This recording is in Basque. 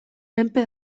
menpe